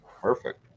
Perfect